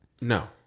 No